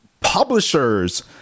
publishers